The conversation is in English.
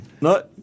no